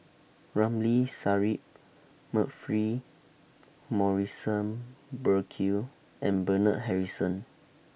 Ramli Sarip Humphrey Morrison Burkill and Bernard Harrison